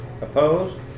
Opposed